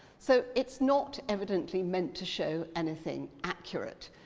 so it's not evidently meant to show anything accurate.